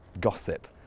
gossip